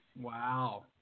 Wow